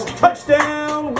touchdown